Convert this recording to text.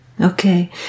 Okay